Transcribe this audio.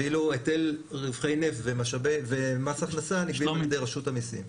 ואילו היטל רווחי נפט ומס הכנסה נגבים על ידי רשות המיסים.